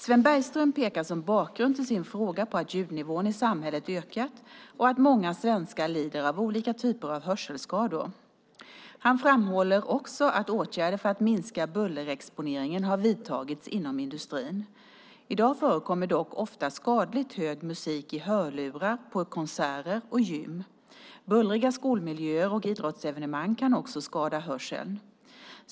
Sven Bergström pekar som bakgrund till sin fråga på att ljudnivån i samhället ökat och att många svenskar lider av olika typer av hörselskador. Han framhåller också att åtgärder för att minska bullerexponeringen har vidtagits inom industrin. I dag förekommer dock ofta skadligt hög musik i hörlurar, på konserter och på gym. Bullriga skolmiljöer och idrottsevenemang kan också skada hörseln.